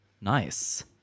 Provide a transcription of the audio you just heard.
Nice